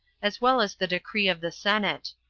as well as the decree of the senate.